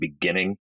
beginning